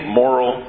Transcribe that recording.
moral